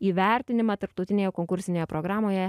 įvertinimą tarptautinėje konkursinėje programoje